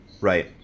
Right